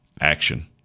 action